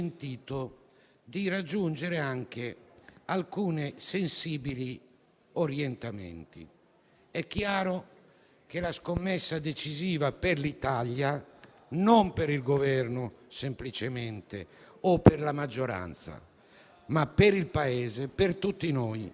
che ci può vedere insieme a lavorare, così come l'altra grande sfida, il *green new deal*, cioè la transizione ecologica dell'economia; una politica industriale che sia segnata profondamente da questo aspetto: